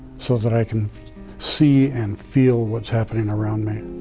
so that i can see and feel what's happening around me.